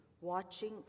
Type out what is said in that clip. watching